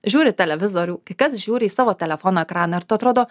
žiūri televizorių kai kas žiūri į savo telefono ekraną ir tu atrodo